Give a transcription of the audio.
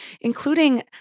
including